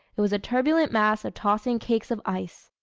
it was a turbulent mass of tossing cakes of ice.